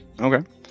Okay